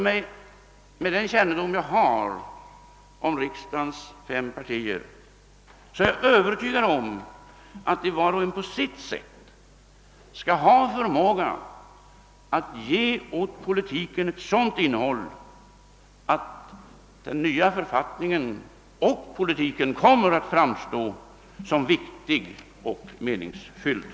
Med den kännedom jag har om riksdagens fem partier är jag övertygad om att de var och en på sitt sätt skall ha förmåga att åt politiken ge ett sådant innehåll att den nya författningen och politiken kommer att framstå som riktiga och meningsfyllda.